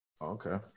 Okay